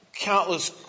countless